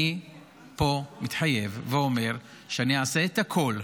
אני מתחייב פה ואומר שאעשה את הכול,